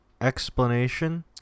explanation